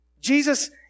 Jesus